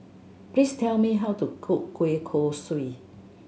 please tell me how to cook kueh kosui